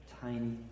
tiny